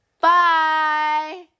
Bye